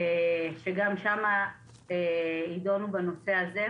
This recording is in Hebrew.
גם שם יידונו בנושא הזה,